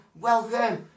welcome